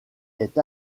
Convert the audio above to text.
est